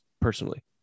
personally